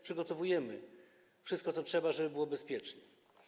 Przygotowujemy wszystko co trzeba, żeby było bezpiecznie.